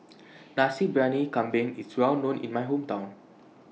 Nasi Briyani Kambing IS Well known in My Hometown